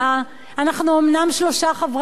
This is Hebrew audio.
אנחנו אומנם שלושה חברי כנסת,